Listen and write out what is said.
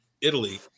Italy